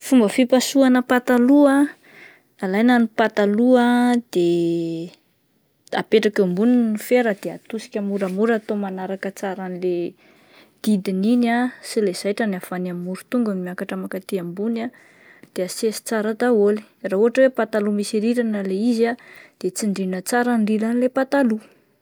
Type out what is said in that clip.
Fomba fipasohana pataloha, alaina ny pataloha de apetraka eo amboniny ny fera de atosika moramora atao manaraka tsara le didiny iny ah sy le zaitrany avy any amin'ny morotongony miakatra makaty ambony de asesy tsara daholo, raha ohatra hoe pataloha misy rirana le izy ah de tsindrina tsara ny riran'ilay pataloha.